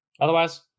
Otherwise